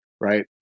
right